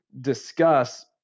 discuss